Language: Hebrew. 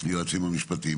היועצים המשפטיים.